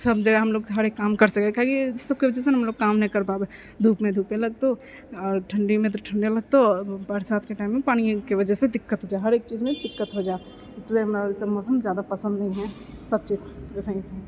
सब जगह हमलोग हरेक काम कर सकै हियै सबके वजहसँ ने हमलोग काम नहि कर पाबै धूपमे धुपे लगतै आओर ठण्डीमे तऽ ठण्डे लगतौ आओर बरसातके टाइममे पानिके वजहसँ पानिके वजहसँ दिक्कत हो जा हैय हरेक चीजमे दिक्कत हो जा हैय इसलिए हमरा सब मौसम जादा पसन्द नहि हैय सब चीज